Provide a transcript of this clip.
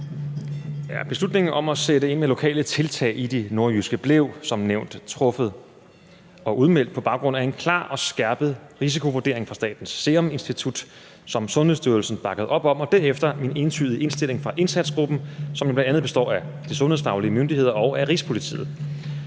Beslutningen om at sætte ind med lokale tiltag i det nordjyske blev som nævnt truffet og udmeldt på baggrund af en klar og skærpet risikovurdering fra Statens Serum Institut, som Sundhedsstyrelsen bakkede op om, og derefter en entydig indstilling fra indsatsgruppen, som jo bl.a. består af de sundhedsfaglige myndigheder og Rigspolitiet.